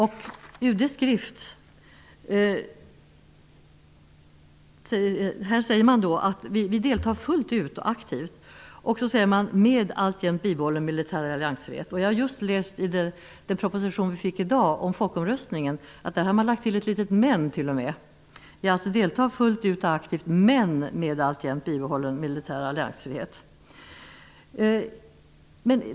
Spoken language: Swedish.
I UD:s skrift säger man att vi deltar fullt ut och aktivt med alltjämt bibehållen militär alliansfrihet. I den proposition om folkomröstningen, som lades fram i dag, har man lagt till ett litet ''men''. Där står alltså att vi skall delta fullt ut och aktivt men med alltjämt bibehållen militär alliansfrihet.